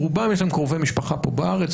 לרובם יש קרובי משפחה פה בארץ,